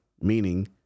meaning